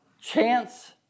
chance